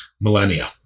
millennia